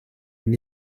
une